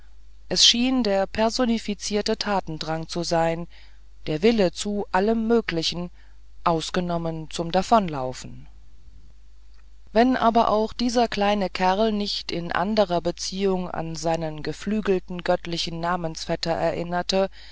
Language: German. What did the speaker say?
es schien der personifiziere tatendrang zu sein der wille zu allem möglichen ausgenommen zum davonlaufen wenn aber auch dieser kleine kerl nicht in anderen beziehungen an seinen geflügelten göttlichen namensvetter erinnerte